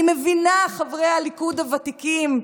אני מבינה, חברי הליכוד הוותיקים,